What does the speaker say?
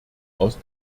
aus